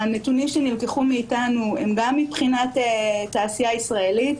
הנתונים שנלקחו מאיתנו הם גם מבחינת התעשייה הישראלית,